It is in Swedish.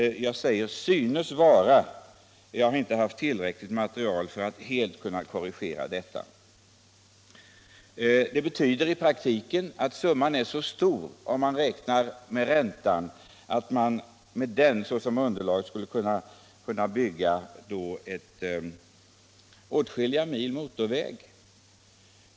Jag säger synes vara, för jag har inte haft tillräckligt omfattande material för att helt kunna avgöra detta. I praktiken skulle den inbesparade summan, om man räknar med räntan, bli så stor att man med den som underlag skulle kunna bygga åtskilliga mil motorväg.